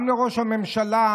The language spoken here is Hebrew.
גם לראש הממשלה,